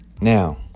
Now